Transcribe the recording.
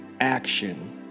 action